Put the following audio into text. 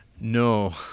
No